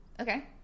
okay